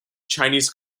chinese